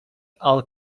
all